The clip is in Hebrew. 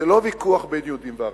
שזה לא ויכוח בין יהודים לערבים.